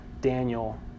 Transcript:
Daniel